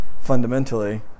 fundamentally